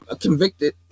convicted